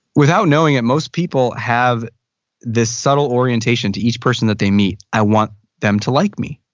without knowing it most people have this subtle orientation to each person that they meet. i want them to like me.